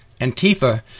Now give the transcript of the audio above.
Antifa